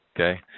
Okay